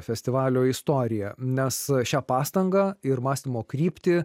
festivalio istoriją nes šią pastangą ir mąstymo kryptį